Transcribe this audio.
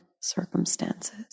circumstances